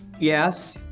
Yes